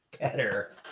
better